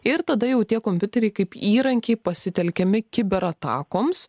ir tada jau tie kompiuteriai kaip įrankiai pasitelkiami kiberatakoms